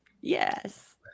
Yes